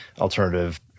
alternative